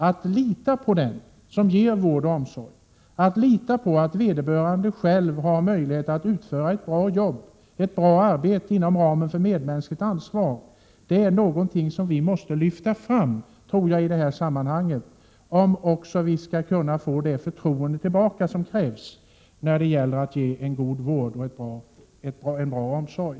Att lita på den som ger vård och omsorg, att lita på att vederbörande har möjlighet att utföra ett bra arbete inom ramen för medmänskligt ansvar, är någonting som jag tror måste lyftas fram i det här sammanhanget, om vi skall kunna få det förtroende tillbaka som krävs när — Prot. 1987/88:126 det gäller att ge en ökad vård och en bra omsorg.